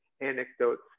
anecdotes